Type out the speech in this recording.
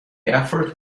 effort